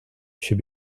should